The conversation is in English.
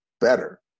better